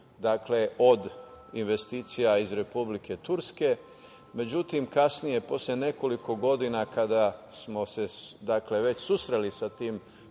regiju, od investicija iz Republike Turske, međutim kasnije, posle nekoliko godina kada smo se već susreli sa tim,